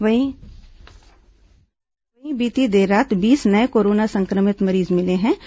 वहीं बीती देर रात बीस नए कोरोना संक्रमित मरीज मिले थे